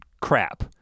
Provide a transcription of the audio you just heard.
crap